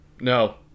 No